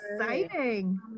exciting